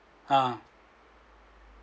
ah